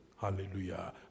Hallelujah